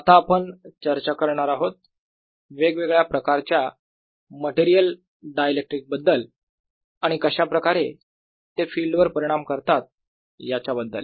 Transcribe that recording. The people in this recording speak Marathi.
आता आपण चर्चा करणार आहोत वेगळ्या प्रकारच्या मटेरियल डायइलेक्ट्रिक बद्दल आणि कशाप्रकारे ते फिल्ड वर परिणाम करतात याच्याबद्दल